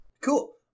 cool